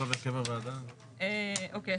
אוקיי.